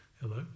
Hello